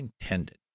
intended